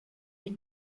die